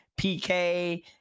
PK